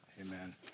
Amen